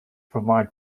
provide